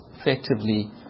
effectively